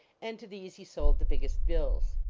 and to these he sold the biggest bills.